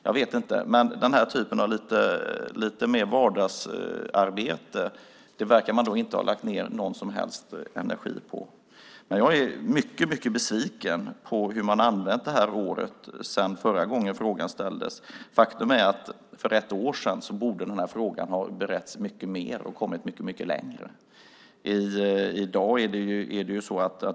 Jag vet inte, men den här typen av lite mer vardagsarbete verkar man inte ha lagt ned någon som helst energi på. Jag är mycket besviken på hur man använt det här året sedan förra gången frågan ställdes. Faktum är att frågan för ett år sedan borde ha beretts mycket mer och kommit mycket längre.